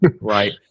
right